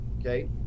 okay